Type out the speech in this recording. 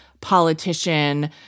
politician